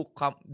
come